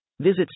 Visit